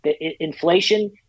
Inflation